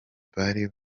bari